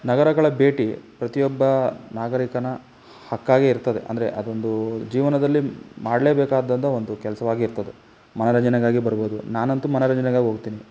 ನಗರಗಳ ಭೇಟಿ ಪ್ರತಿಯೊಬ್ಬ ನಾಗರಿಕನ ಹಕ್ಕಾಗೇ ಇರ್ತದೆ ಅಂದರೆ ಅದೊಂದು ಜೀವನದಲ್ಲಿ ಮಾಡಲೇಬೇಕಾದಂಥ ಒಂದು ಕೆಲಸವಾಗಿ ಇರ್ತದೆ ಮನರಂಜನೆಗಾಗಿ ಬರ್ಬೋದು ನಾನಂತೂ ಮನರಂಜನೆಗಾಗಿ ಹೋಗ್ತೀನಿ